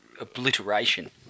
Obliteration